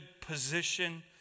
position